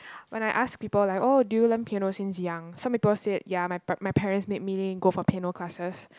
when I ask people like oh do you learn piano since young some people said ya my my parents made me go for piano classes